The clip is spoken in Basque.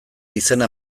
izena